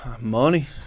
money